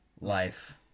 life